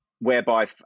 whereby